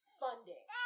funding